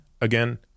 Again